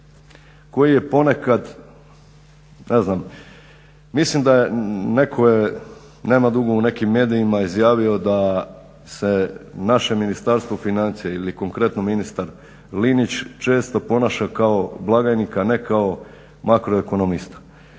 koji je ponekad, ne znam mislim da je, netko je nema dugo u nekim medijima izjavio da se naše Ministarstvo financija ili konkretno ministar Linić često ponaša kao blagajnik a ne kao makroekonomista.